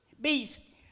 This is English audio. Bees